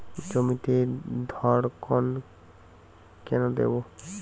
জমিতে ধড়কন কেন দেবো?